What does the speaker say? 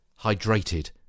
hydrated